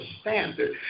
standard